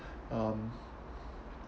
um